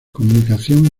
comunicación